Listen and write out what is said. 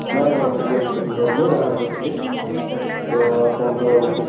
ନାଇଁ ନାଇଁ ମେଡ଼ିକାଲ୍ ଭିତରେ ମୁଁ କରିନି ବାହାରେ କରିଥିଲି ତ ଆପଣ ତ ଦେଖି